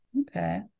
okay